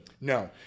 No